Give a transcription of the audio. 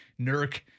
Nurk